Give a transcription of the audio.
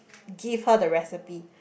give her the recipe